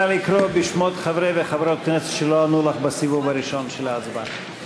נא לקרוא בשמות חברי וחברות הכנסת שלא ענו לך בסיבוב הראשון של ההצבעה.